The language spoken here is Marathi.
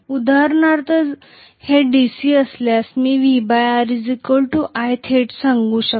उदाहरणार्थ ते DC असल्यास मी VR i थेट सांगू शकतो